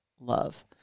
love